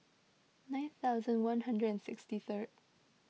nine thousand one hundred and sixty third